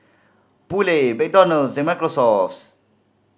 Poulet McDonald's and Microsoft